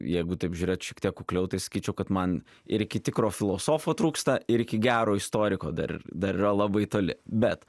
jeigu taip žiūrėt šiek tiek kukliau tai sakyčiau kad man ir iki tikro filosofo trūksta ir iki gero istoriko dar dar yra labai toli bet